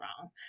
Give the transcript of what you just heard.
wrong